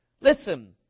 Listen